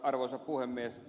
arvoisa puhemies